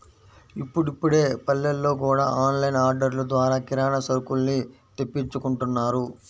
ఇప్పుడిప్పుడే పల్లెల్లో గూడా ఆన్ లైన్ ఆర్డర్లు ద్వారా కిరానా సరుకుల్ని తెప్పించుకుంటున్నారు